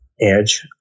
edge